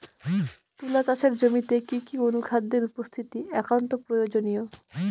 তুলা চাষের জমিতে কি কি অনুখাদ্যের উপস্থিতি একান্ত প্রয়োজনীয়?